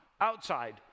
outside